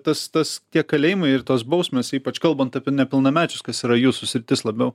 tas tas tie kalėjimai ir tos bausmės ypač kalbant apie nepilnamečius kas yra jūsų sritis labiau